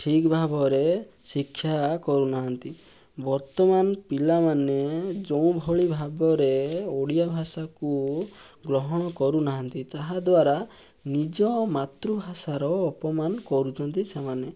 ଠିକ୍ ଭାବରେ ଶିକ୍ଷା କରୁନାହାନ୍ତି ବର୍ତ୍ତମାନ ପିଲାମାନେ ଯେଉଁଭଳି ଭାବରେ ଓଡ଼ିଆଭାଷାକୁ ଗ୍ରହଣ କରୁନାହାନ୍ତି ତାହାଦ୍ୱାରା ନିଜ ମାତୃଭାଷାର ଅପମାନ କରୁଛନ୍ତି ସେମାନେ